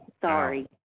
sorry